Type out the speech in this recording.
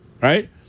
right